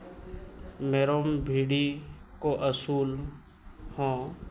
ᱢᱮᱨᱚᱢ ᱵᱷᱤᱰᱤ ᱠᱚ ᱟᱹᱥᱩᱞ ᱦᱚᱸ